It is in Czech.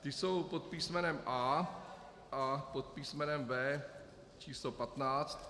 Ty jsou pod písmenem A a pod písmenem B číslo 15.